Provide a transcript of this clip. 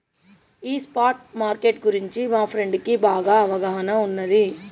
ఈ spot market గురించి మా ఫ్రెండుకి బాగా అవగాహన ఉన్నాది